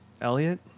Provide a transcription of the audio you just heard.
Elliot